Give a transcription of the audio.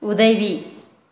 உதவி